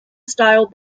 style